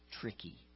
tricky